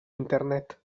internet